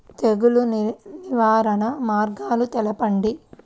తెగులు నివారణ మార్గాలు తెలపండి?